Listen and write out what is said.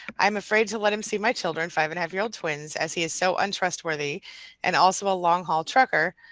i'm afraid to let him see my children. five and half year old twins as he is so untrustworthy and also a long-haul trucker,